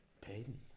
Payton